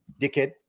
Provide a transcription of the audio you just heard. dickhead